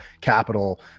capital